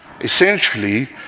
Essentially